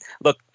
look